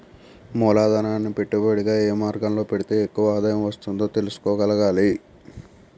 మూలధనాన్ని పెట్టుబడిగా ఏ మార్గంలో పెడితే ఎక్కువ ఆదాయం వస్తుందో తెలుసుకోగలగాలి